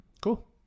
Cool